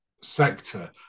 sector